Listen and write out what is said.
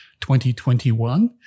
2021